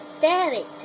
David